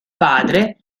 padre